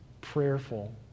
prayerful